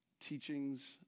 teachings